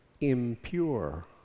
impure